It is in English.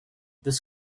this